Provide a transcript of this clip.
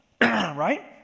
right